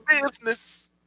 business